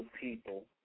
people